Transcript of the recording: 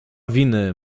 winy